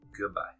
Goodbye